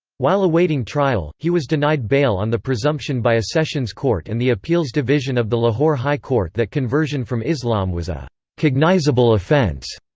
while awaiting trial, he was denied bail on the presumption by a sessions court and the appeals division of the lahore high court that conversion from islam was a cognizable offense.